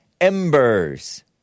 embers